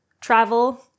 travel